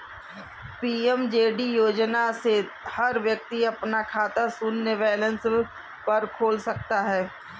PMJD योजना से हर व्यक्ति अपना खाता शून्य बैलेंस पर खोल सकता है